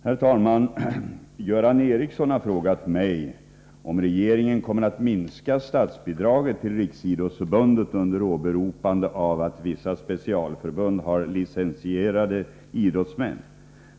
Herr talman! Göran Ericsson har frågat mig om regeringen kommer att minska statsbidraget till Riksidrottsförbundet under åberopande av att vissa specialförbund har licensierade idrottsmän.